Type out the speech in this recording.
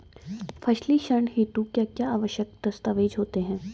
फसली ऋण हेतु क्या क्या आवश्यक दस्तावेज़ होते हैं?